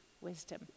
wisdom